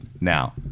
Now